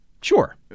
Sure